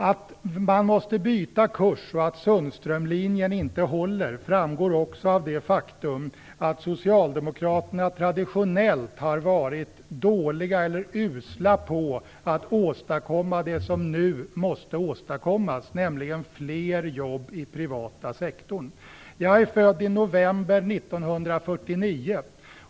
Att man måste byta kurs och att Sundströmlinjen inte håller framgår också av det faktum att Socialdemokraterna traditionellt har varit dåliga eller usla på att åstadkomma det som nu måste åstadkommas, nämligen fler jobb i den privata sektorn. Jag är född i november 1949.